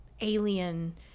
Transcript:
alien